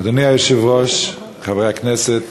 אדוני היושב-ראש, חברי הכנסת,